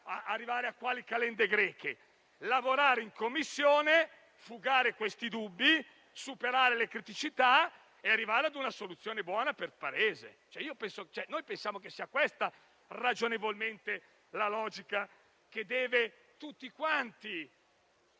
arrivare a chissà quando - per lavorare in Commissione, fugare i dubbi, superare le criticità e arrivare a una soluzione buona per il Paese. Noi riteniamo che sia questa, ragionevolmente, la logica che tutti quanti